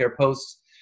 posts